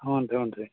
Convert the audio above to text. ಹ್ಞೂ ರೀ ಹ್ಞೂ ರೀ